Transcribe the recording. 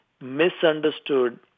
misunderstood